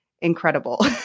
incredible